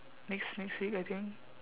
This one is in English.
next next week I think